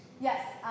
Yes